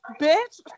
bitch